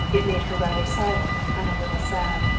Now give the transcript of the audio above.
it made her rather silent and a little sad.